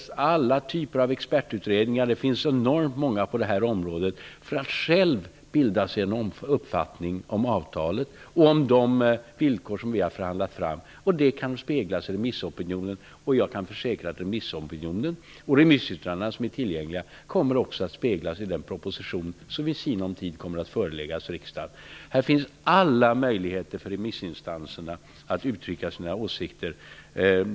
Man kan använda sig av alla typer av expertutredningar. Det finns enormt många på det här området. Allt detta kan man använda sig av för att bilda sig en egen uppfattning om avtalet och om de villkor som vi har förhandlat fram. Detta kan speglas i remissopinionen. Jag kan försäkra att remissopinionen och de remissyttranden som är tillgängliga också kommer att speglas i den proposition som i sinom tid föreläggs riksdagen. Här finns alltså alla möjligheter för remissinstanserna att uttrycka sina åsikter.